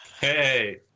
Hey